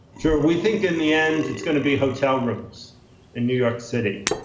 sure. we think in the end it's going to be hotel rooms in new york city.